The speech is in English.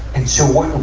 and so,